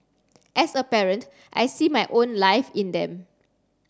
as a parent I see my own life in them